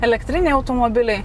elektriniai automobiliai